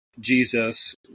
Jesus